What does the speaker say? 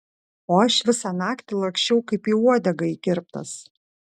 o aš visą naktį laksčiau kaip į uodegą įkirptas